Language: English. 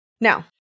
Now